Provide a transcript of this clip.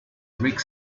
rick